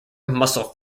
muscle